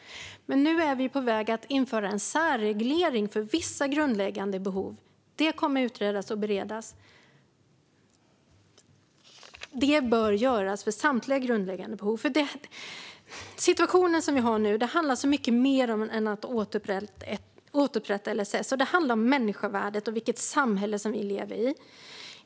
Men nu är vi på väg att införa en särreglering för vissa grundläggande behov. Det kommer att utredas och beredas. Detta bör göras för samtliga grundläggande behov. Det handlar om så mycket mer än om att återupprätta LSS. Det handlar om människovärdet och vilket samhälle som vi lever i.